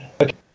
Okay